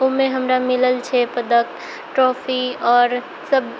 ओहिमे हमरा मिलल छै पदक ट्रॉफी आओर सब